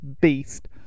beast